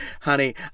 honey